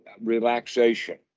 relaxation